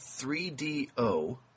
3DO